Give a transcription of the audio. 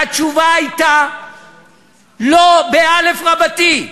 והתשובה הייתה לא, באל"ף רבתי.